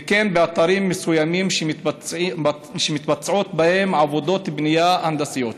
וכן באתרים מסוימים שמתבצעות בהם עבודות בנייה הנדסיות.